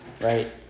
right